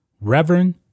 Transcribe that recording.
reverend